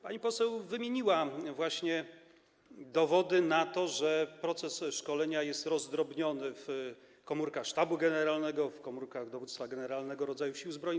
Pani poseł wymieniła właśnie dowody na to, że proces szkolenia jest rozdrobniony w komórkach Sztabu Generalnego, w komórkach dowództwa generalnego rodzajów Sił Zbrojnych.